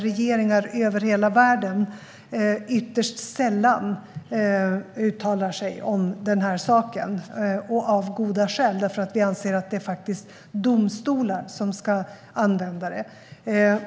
Regeringar över hela världen uttalar sig ytterst sällan om saken, av goda skäl, för vi anser att det är domstolar som ska använda begreppet.